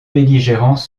belligérants